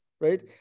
right